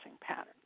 patterns